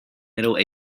middle